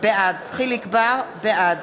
בעד